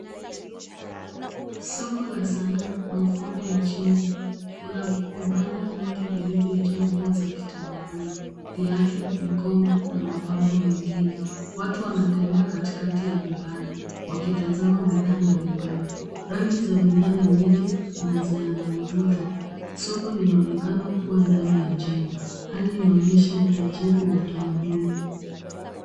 Soko la sanaa na ufundi nchini . Kuna vibanda vingi vilvyo jaa nguo za kitamaduni, viatu, mikoba na mapambo mengine. Watu wanatembea katikati ya vibanda wakitazama bidhaa mbalimbali. Rangi za bidhaa ni nyingi na zenye na mvuto. Soko lina onekana kuwa ndani ya jengo. Hali ina onyesha utajiri wa utamaduni.